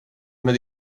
med